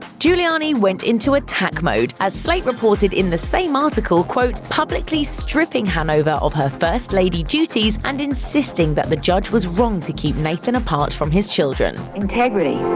giuliani went into attack mode, as slate reported in the same article, quote, publicly stripping hanover of her first-lady duties and insisting that the judge was wrong to keep nathan apart from his children. integrity.